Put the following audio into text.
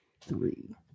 three